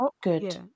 good